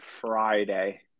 Friday